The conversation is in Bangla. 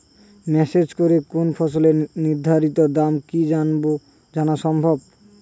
মেসেজ করে কোন ফসলের নির্ধারিত দাম কি জানা সম্ভব?